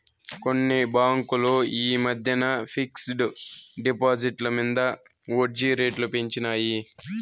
కొన్ని బాంకులు ఈ మద్దెన ఫిక్స్ డ్ డిపాజిట్ల మింద ఒడ్జీ రేట్లు పెంచినాయి